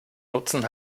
nutzen